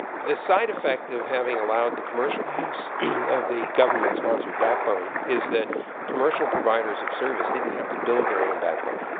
the side effect of having allowed the commercial use of the government-sponsored backbone is that commercial providers of service didn't have to build their own backbone.